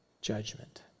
judgment